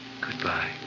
Goodbye